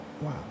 Wow